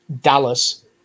Dallas